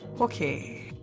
Okay